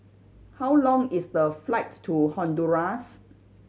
how long is the flight to Honduras